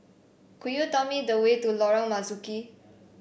could you tell me the way to Lorong Marzuki